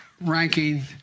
ranking